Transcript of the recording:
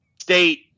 State